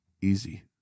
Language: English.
Easy